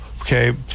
Okay